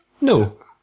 No